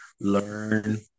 learn